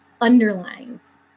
underlines